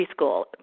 preschool